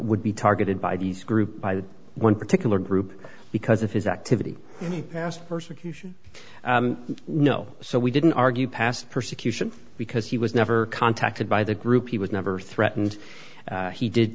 would be targeted by these group by one particular group because of his activity in the past persecution no so we didn't argue past persecution because he was never contacted by the group he was never threatened he did